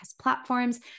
platforms